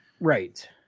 Right